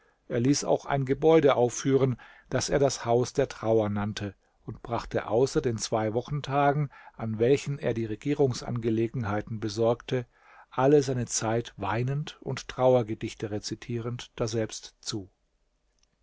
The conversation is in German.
er ließ auch ein gebäude aufführen das er das haus der trauer nannte und brachte außer den zwei wochentagen an welchen er die regierungsangelegenheiten besorgte alle seine zeit weinend und trauergedichte rezitierend daselbst zu